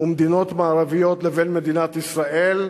ומדינות מערביות לבין מדינת ישראל,